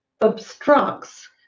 obstructs